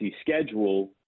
schedule